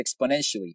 exponentially